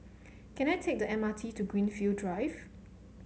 can I take the M R T to Greenfield Drive